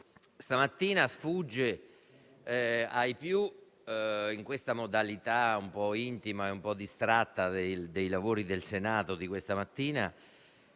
mattina sfugge ai più, in questa modalità un po' intima e un po' distratta dei lavori del Senato, la paradossalità